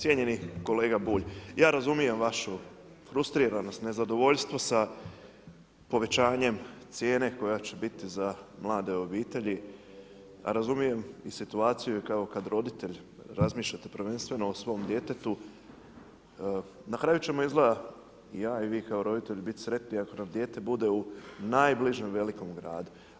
Cijenjeni kolega Bulj, ja razumijem vašu frustriranost i nezadovoljstvo sa povećanje cijene koja će biti za mlade obitelji, a razumijem i situaciju i kao kad roditelj razmišljate prvenstveno o svom djetetu, na kraju čemu izgleda, i ja i vi kao roditelj biti sretni ako nam dijete bude u najbližem velikom gradu.